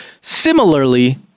similarly